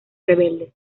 rebeldes